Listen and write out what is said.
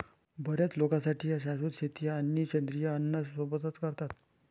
बर्याच लोकांसाठी शाश्वत शेती आणि सेंद्रिय अन्न सोबतच करतात